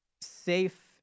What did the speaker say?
safe